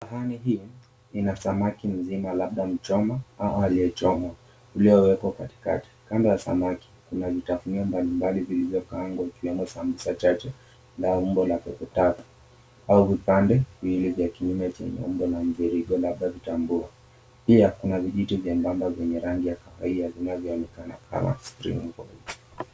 Sahani hii ina samaki mzima labda mchoma ama aliyechomwa iliyowekwa katikati. Kando ya samaki, kuna vitafunio mbali mbali viliyokaangwa ikiwemo sambusa chache la umbo la pembe tatu au vipande viwili vya kiume chenye umbo la mviringo, labda vitumbua, pia kuna vijiti vyembamba vyenye rangi ya kahawia na vinavyoonekana kama spring balls .